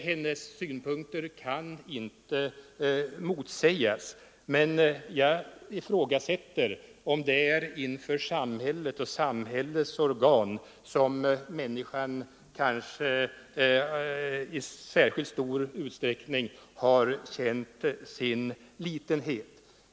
Hennes synpunkter kan inte motsägas, men jag ifrågasätter om det är inför samhället och samhällets organ som människan särskilt har känt sin litenhet.